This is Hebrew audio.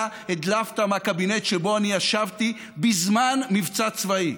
אתה הדלפת מהקבינט שבו אני ישבתי בזמן מבצע צבאי,